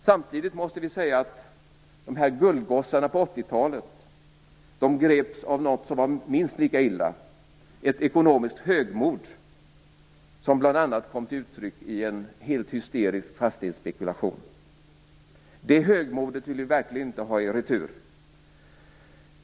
Samtidigt måste vi säga att guldgossarna på 80 talet greps av något som var minst lika illa, nämligen ett ekonomiskt högmod som bl.a. kom till uttryck i en helt hysterisk fastighetsspekulation. Det högmodet vill vi verkligen inte ha i retur.